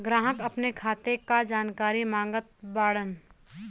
ग्राहक अपने खाते का जानकारी मागत बाणन?